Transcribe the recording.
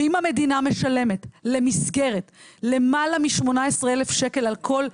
ואם המדינה משלמת למסגרת למעלה מ-18,000 שקל על כל ילד,